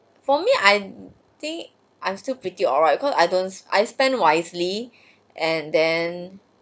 for me I'm think I'm still pretty all right cause I don't I spend wisely and then